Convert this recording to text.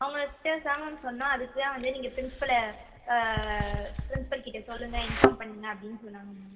அவங்க கிட்ட தான் மேம் சொன்ன அதுக்கு தான் வந்து நீங்கள் ப்ரின்ஸ்பலை ப்ரின்ஸ்பல்கிட்ட சொல்லுங்கள் இன்ஃபார்ம் பண்ணுங்கள் அப்படின் சொன்னாங்க மேம்